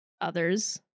others